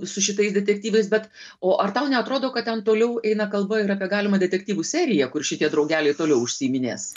su šitais detektyvais bet o ar tau neatrodo kad ten toliau eina kalba ir apie galimą detektyvų seriją kur šitie draugeliai toliau užsiiminės